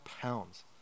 pounds